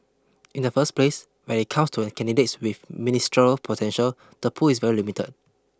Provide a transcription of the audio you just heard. in the first place when it comes to candidates with ministerial potential the pool is very limited